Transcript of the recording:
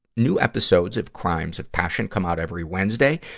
new episodes of crimes of passion come out every wednesday,